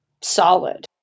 solid